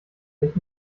sich